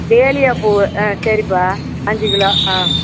dahlia பூ ஆ சரிப்பா அஞ்சு கிலோ ஆ